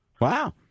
Wow